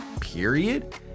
period